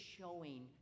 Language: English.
showing